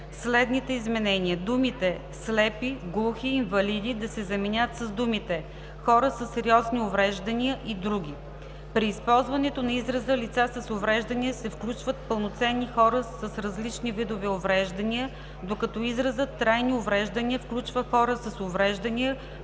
следните изменения: думите „слепи, глухи, инвалиди“ да се заменят с думите „хора със сериозни увреждания и други“. При използването на израза „лица с увреждания“ се включват пълнолетни хора с различни видове увреждания, докато изразът „трайни увреждания“ включва хора с увреждания,